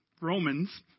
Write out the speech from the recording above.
Romans